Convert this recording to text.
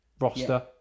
Roster